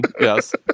yes